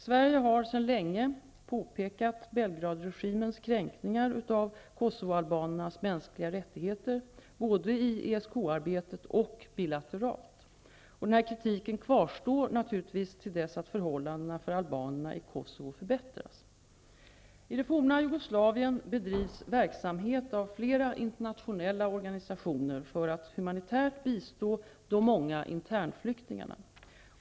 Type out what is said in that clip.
Sverige har sedan länge påpekat Belgradregimens kränkningar av ESK-arbetet och bilateralt. Denna kritik kvarstår naturligtvis till dess förhållandena för albanerna i I det forna Jugoslavien bedrivs verksamhet av flera internationella organisationer för att humanitärt bistå de många internflyktingarna.